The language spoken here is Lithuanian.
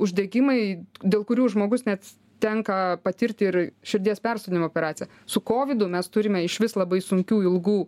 uždegimai dėl kurių žmogus net tenka patirti ir širdies persodinimo operaciją su kovidu mes turime išvis labai sunkių ilgų